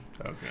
Okay